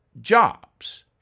jobs